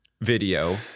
video